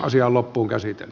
asiaa loppuunkäsite